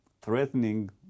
threatening